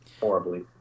horribly